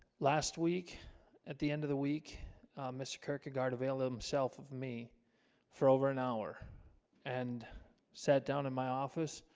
last week at the end of the week mr. kirkegaard avail himself of me for over an hour and sat down in my office,